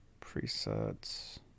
Presets